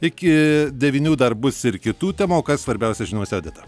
iki devynių dar bus ir kitų temų o kas svarbiausia žiniose odeta